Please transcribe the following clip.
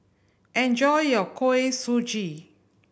enjoy your Kuih Suji